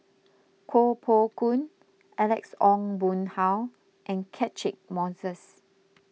Koh Poh Koon Alex Ong Boon Hau and Catchick Moses